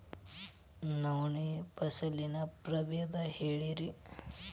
ನವಣಿ ಫಸಲಿನ ಪ್ರಭೇದ ಹೇಳಿರಿ